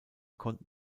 konnten